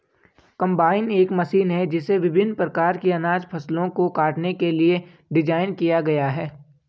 combine एक machine है जिसे विभिन्न प्रकार की अनाज फसलों को काटने के लिए डिज़ाइन किया गया है